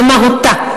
במהותה.